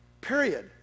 Period